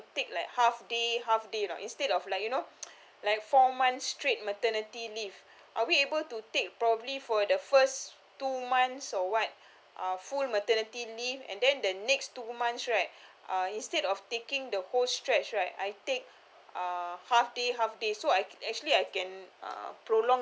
take like half day half day or not instead of like you know like four months straight maternity leave are we able to take probably for the first two month or what uh full maternity leave and then the next two months right uh instead of taking the whole stretch right I take uh half day half day so I actually I can uh prolong